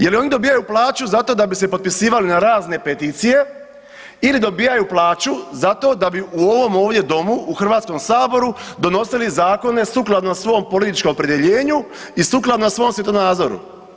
Je li oni dobivaju plaću zato da bi se potpisivali na razne peticije ili dobijaju plaću zato da bi u ovom ovdje Domu u HS-u donosili zakone sukladno svom političkom opredjeljenju i sukladno svom svjetonazoru?